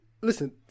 listen